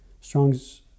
Strong's